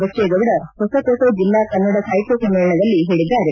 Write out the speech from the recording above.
ಬಚ್ವೇಗೌಡ ಹೊಸಕೋಟೆ ಜಿಲ್ಲಾ ಕನ್ನಡ ಸಾಹಿತ್ಯ ಸಮ್ಮೇಳನದಲ್ಲಿ ಹೇಳಿದ್ದಾರೆ